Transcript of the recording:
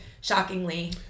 shockingly